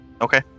Okay